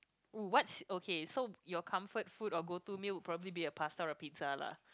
what's okay so your comfort food or go to meal will probably be a Pasta or Pizza lah